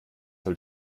soll